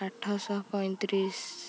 ଆଠଶହ ପଇଁତିରିଶି